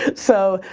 so,